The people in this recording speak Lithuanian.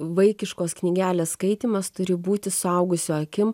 vaikiškos knygelės skaitymas turi būti suaugusio akim